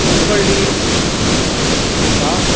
हुब्बळ्ळि जिल्ला